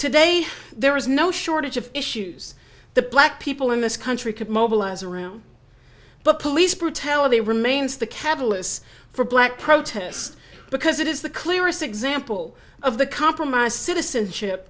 today there was no shortage of issues the black people in this country could mobilize around but police brutality remains the catalyst for black protests because it is the clearest example of the compromise citizenship